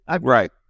Right